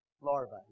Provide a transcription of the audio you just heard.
larvae